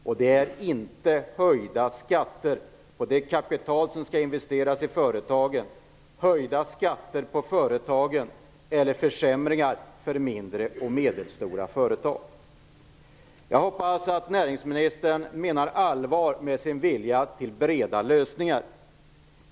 Och det gör inte höjda skatter på det kapital som skall investeras i företagen, höjda skatter på företagen eller försämringar för mindre och medelstora företag. Jag hoppas att näringsministern menar allvar med sin vilja till breda lösningar.